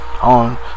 On